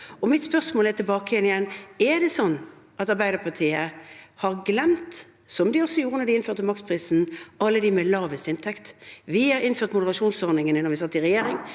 Mitt spørsmål er igjen: Er det sånn at Arbeiderpartiet har glemt, som de også gjorde da de innførte maksprisen, alle dem med lavest inntekt? Vi innførte moderasjonsordningene da vi satt i regjering.